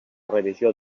revisió